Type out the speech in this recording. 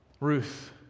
Ruth